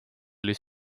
oli